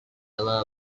love